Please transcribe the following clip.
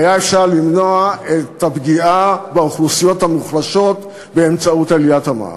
והיה אפשר למנוע את הפגיעה באוכלוסיות המוחלשות באמצעות עליית המע"מ.